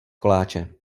koláče